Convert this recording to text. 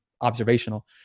observational